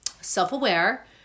self-aware